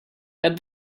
get